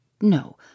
No